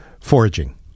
foraging